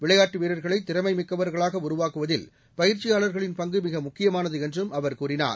விளையாட்டு வீரர்களை திறமைமிக்கவர்களாக உருவாக்குவதில் பயிற்சியாளர்களின் பங்கு மிக முக்கியமானது என்றும் அவர் கூறினார்